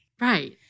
Right